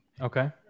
Okay